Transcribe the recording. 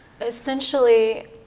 Essentially